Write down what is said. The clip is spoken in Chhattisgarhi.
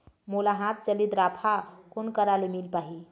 मोला हाथ चलित राफा कोन करा ले मिल पाही?